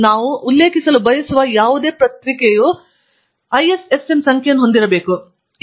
ಅಂತೆಯೇ ನಾವು ಉಲ್ಲೇಖಿಸಲು ಬಯಸುವ ಯಾವುದೇ ಪತ್ರಿಕೆಯು ISSN ಸಂಖ್ಯೆಯನ್ನು ಹೊಂದಿರಬೇಕು